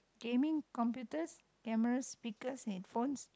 gaming computers cameras speakers and phones